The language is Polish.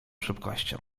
szybkością